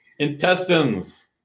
Intestines